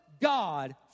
God